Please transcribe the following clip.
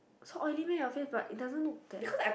so oily meh your face but it doesn't look that